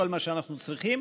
כל מה שאנחנו צריכים.